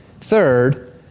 Third